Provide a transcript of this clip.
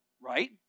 right